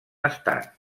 estat